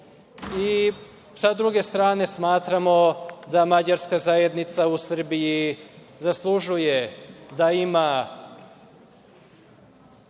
Sa druge strane, smatramo da mađarska zajednica u Srbiji zaslužuje da ima